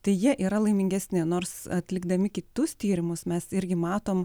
tai jie yra laimingesni nors atlikdami kitus tyrimus mes irgi matom